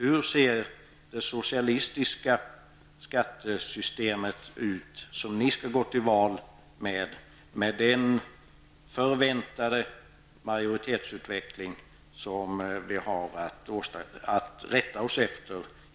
Hur ser det socialistiska skattesystem ut som socialdemokraterna skall gå till val på, med tanke på den förväntade majoritetsutvecklingen